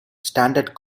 standard